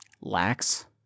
lax